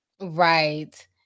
Right